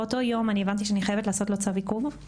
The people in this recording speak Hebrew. ובאותו יום אני הבנתי שאני חייבת לעשות לו צו עיכוב.